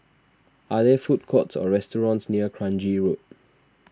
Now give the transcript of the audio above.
are there food courts or restaurants near Kranji Road